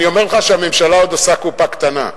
אני אומר לך שהממשלה עוד עושה קופה קטנה,